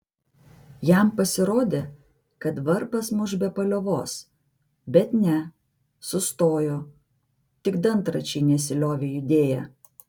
jam pasirodė kad varpas muš be paliovos bet ne sustojo tik dantračiai nesiliovė judėję